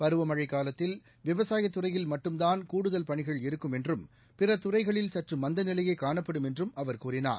பரவமழைக் காலத்தில் விவசாய துறையில் மட்டும்தான் கூடுதல் பணிகள் இருக்கும் என்றும் பிற துறைகளில் சற்று மந்தநிலையே காணப்படும் என்றும் அவர் கூறினார்